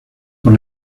por